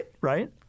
right